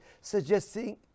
Suggesting